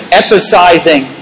emphasizing